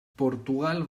portugal